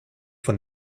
von